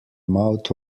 mouth